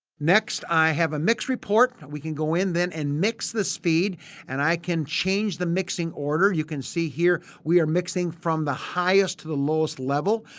next, i have a mix report. we can go in then and mix this feed and i can change the mixing order. you can see here we are mixing from the highest to the lowest level.